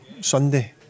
Sunday